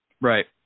right